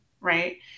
right